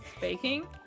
baking